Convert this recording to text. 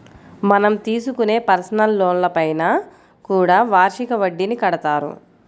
మనం తీసుకునే పర్సనల్ లోన్లపైన కూడా వార్షిక వడ్డీని కడతారు